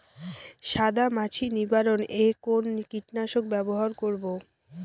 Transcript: সাদা মাছি নিবারণ এ কোন কীটনাশক ব্যবহার করব?